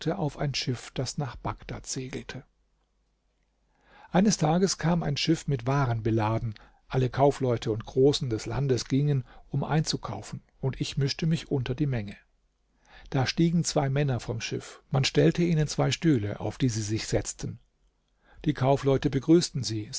auf ein schiff das nach bagdad segelte eines tages kam ein schiff mit waren beladen alle kaufleute und großen des landes gingen um einzukaufen und ich mischte mich unter die menge da stiegen zwei männer vom schiff man stellte ihnen zwei stühle auf die sie sich setzten die kaufleute begrüßten sie